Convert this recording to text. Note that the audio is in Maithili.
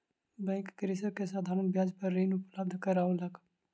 बैंक कृषक के साधारण ब्याज पर ऋण उपलब्ध करौलक